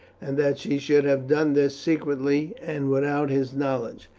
and that she should have done this secretly and without his knowledge.